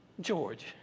George